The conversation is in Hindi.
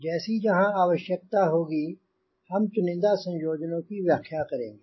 जैसी जहाँ आवश्यकता होगी हम चुनिंदा संयोजना की व्याख्या करेंगे